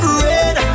red